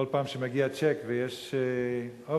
כל פעם שמגיע צ'ק ויש אוברדרפט,